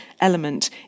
element